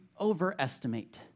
overestimate